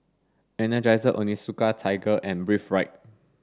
Energizer Onitsuka Tiger and Breathe Right